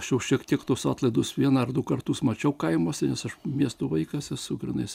aš jau šiek tiek tuos atlaidus vieną ar du kartus mačiau kaimuose nes aš miesto vaikas esu grynas